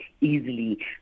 easily